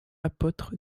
apôtre